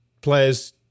players